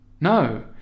No